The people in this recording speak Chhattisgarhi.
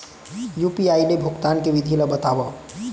यू.पी.आई ले भुगतान के विधि ला बतावव